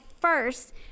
first